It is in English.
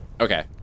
Okay